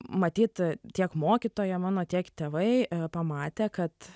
matyt tiek mokytoja mano tiek tėvai pamatė kad